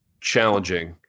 challenging